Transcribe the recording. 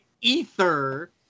ether